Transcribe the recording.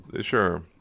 Sure